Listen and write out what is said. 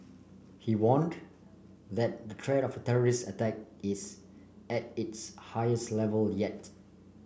he warned that the threat of terrorist attack is at its highest level yet